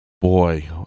Boy